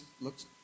looks